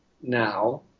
now